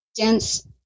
dense